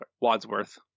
wadsworth